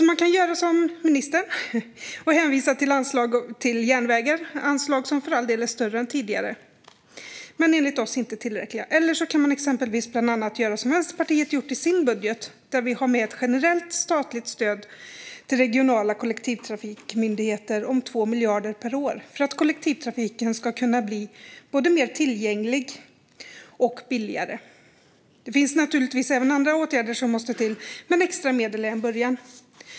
Man kan göra som ministern och hänvisa till anslag för järnvägar, anslag som för all del är större än tidigare men enligt oss inte tillräckliga. Eller så kan man exempelvis göra som Vänsterpartiet gjort i sin budget, där vi har med ett generellt statligt stöd till regionala kollektivtrafikmyndigheter på 2 miljarder per år för att kollektivtrafiken ska kunna bli både mer tillgänglig och billigare. Det finns naturligtvis även andra åtgärder som måste till, men extra medel är en början.